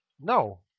No